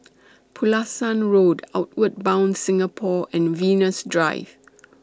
Pulasan Road Outward Bound Singapore and Venus Drive